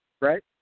Right